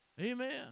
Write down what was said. Amen